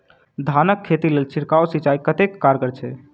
धान कऽ खेती लेल छिड़काव सिंचाई कतेक कारगर छै?